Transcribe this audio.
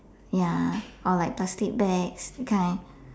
ya or like plastic bags that kind